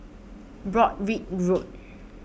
Broadrick Road